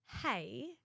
hey